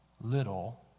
little